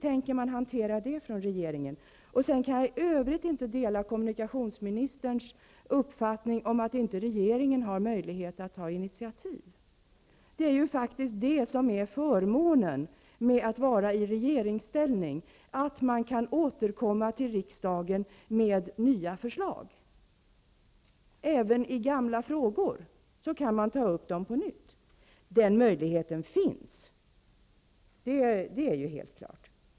I övrigt kan jag inte säga att jag delar kommunikationsministerns uppfattning om detta med att regeringen inte har möjlighet att ta initiativ. Förmånen med att vara i regeringsställning är ju just att man kan återkomma till riksdagen med nya förslag. Även gamla frågor kan tas upp på nytt. Den möjligheten finns alltså. Det är helt klart.